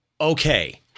Okay